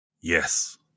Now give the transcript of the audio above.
Yes